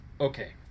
Okay